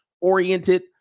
oriented